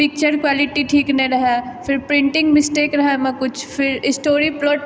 पिक्चर quality ठीक नहि रहय फिर प्रिण्टिंग मिस्टेक रहय किछु फिर स्टोरी